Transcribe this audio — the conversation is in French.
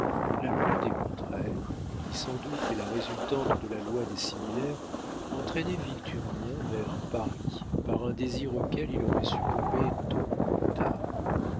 la loi des contraires qui sans doute est la résultante de la loi des similaires entraînait victurnien vers paris par un désir auquel il aurait succombé tôt ou tard